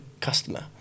customer